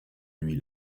nuit